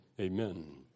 Amen